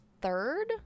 third